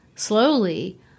slowly